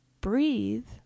breathe